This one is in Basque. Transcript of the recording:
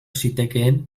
zitekeen